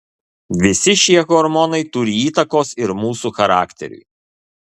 visi šie hormonai turi įtakos ir mūsų charakteriui